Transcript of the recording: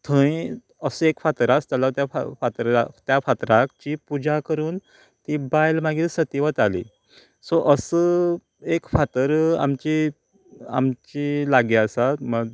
थंय असो एक फातर आसतालो त्या त्या फातरार ची पूजा करून ती बायल मागीर सती वताली सो असो एक फातर आमची आमची लागीं आसा